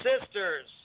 Sisters